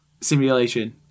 simulation